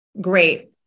great